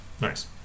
Nice